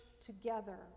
together